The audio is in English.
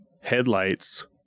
headlights